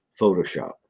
Photoshop